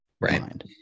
right